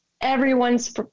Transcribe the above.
everyone's